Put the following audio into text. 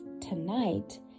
tonight